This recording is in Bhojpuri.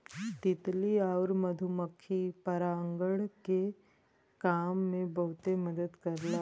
तितली आउर मधुमक्खी परागण के काम में बहुते मदद करला